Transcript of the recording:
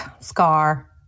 Scar